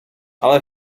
ale